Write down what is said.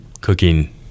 cooking